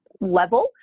level